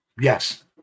Yes